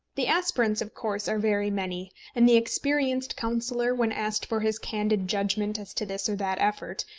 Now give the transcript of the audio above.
the aspirants, of course, are very many and the experienced councillor, when asked for his candid judgment as to this or that effort,